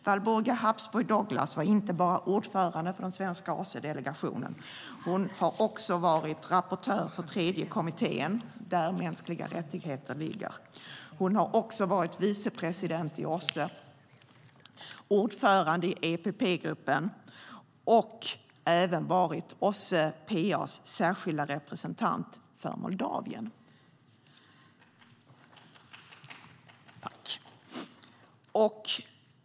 Walburga Habsburg Douglas var inte bara ordförande för den svenska OSSE-delegationen. Hon har också varit rapportör för tredje kommittén, där mänskliga rättigheter ligger. Hon har också varit vicepresident i OSSE, ordförande i EPP-gruppen och även varit OSSE PA:s särskilda representant för Moldavien.